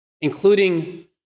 including